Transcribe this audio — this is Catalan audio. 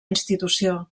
institució